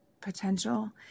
potential